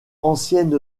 ancienne